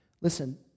Listen